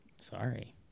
Sorry